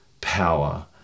power